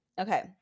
Okay